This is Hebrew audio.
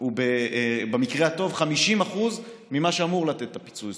הוא במקרה הטוב 50% ממה שאמור לתת את הפיצוי.